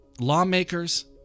lawmakers